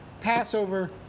Passover